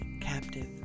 captive